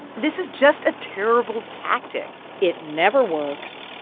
this is just a terrible tactic it never works.